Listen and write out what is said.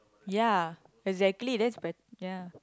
ya exactly that's bet~ ya